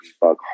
bug